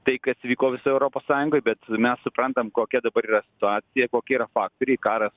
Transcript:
tai kas vyko visoj europos sąjungoj bet mes suprantam kokia dabar yra situacija kokie yra faktoriai karas